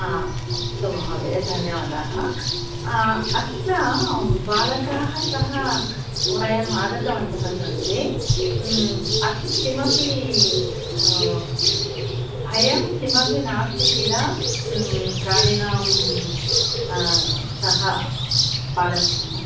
हा अस्तु महोदये धन्यवादाः अत्र बालकाः सह वयम् आगतवन्तः सन्ति अत्र किमपि भयं किमपि नास्ति किल प्राणिनां सह बालकानां